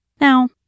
Now